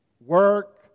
Work